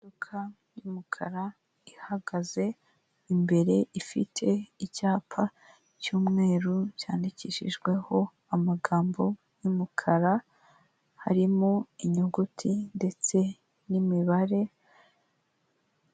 Imodoka y'umukara ihagaze, imbere ifite icyapa cy'umweru byandikishijweho amagambo y'umukara, harimo inyuguti ndetse n'imibare.